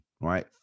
Right